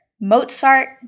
mozart